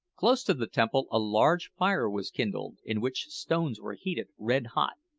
close to the temple a large fire was kindled, in which stones were heated red hot.